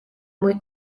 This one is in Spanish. muy